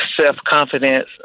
self-confidence